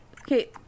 Okay